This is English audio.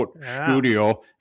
studio